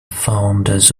founders